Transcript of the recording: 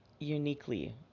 uniquely